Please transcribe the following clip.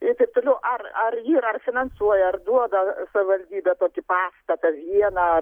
ir taip toliau ar ar yra ar finansuoja ar duoda savivaldybė tokį pastatą vieną